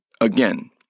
Again